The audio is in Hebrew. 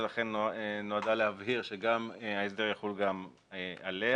ולכן נועדה להבהיר שההסדר יחול גם עליה.